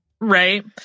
Right